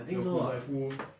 I think so ah